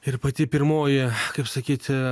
ir pati pirmoji kaip sakyti